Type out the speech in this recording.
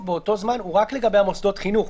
באותו זמן הוא רק לגבי מוסדות החינוך,